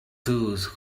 those